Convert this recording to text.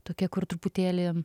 tokia kur truputėlį